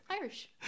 irish